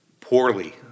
poorly